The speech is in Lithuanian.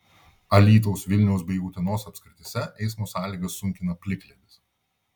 alytaus vilniaus bei utenos apskrityse eismo sąlygas sunkina plikledis